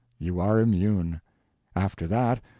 you are immune after that,